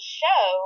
show